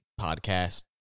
podcast